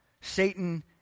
Satan